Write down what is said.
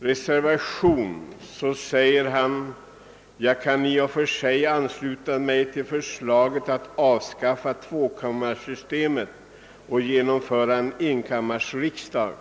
säger i sin reservation bl.a.: »Jag kan i och för sig ansluta mig till förslaget att avskaffa tvåkammarsystemet och genomföra en enkammarriksdag.